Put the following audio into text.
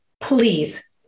Please